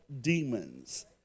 demons